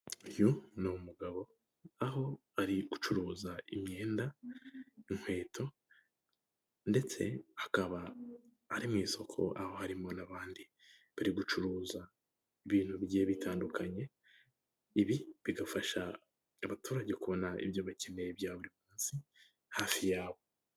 Uyu ni umugabo aho ari gucuruza imyenda, inkweto, ndetse akaba ari mu isoko aho harimo n'abandi bari gucuruza ibintu bigiye bitandukanye, ibi bigafasha abaturage kubona ibyo bakeneye bya buri munsi hafi yabo.